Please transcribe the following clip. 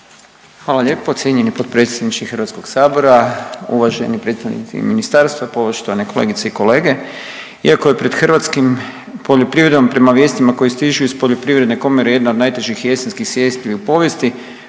Hvala lijepo cijenjeni potpredsjedniče HS-a, uvaženi predstavnici Ministarstva, poštovane kolegice i kolege. Iako je pred hrvatskim poljoprivredom prema vijestima koji stižu iz poljoprivredne komore jedna od najtežih jesenskih .../Govornik